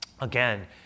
again